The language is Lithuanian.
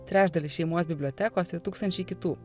trečdalis šeimos bibliotekos ir tūkstančiai kitų